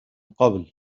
قبل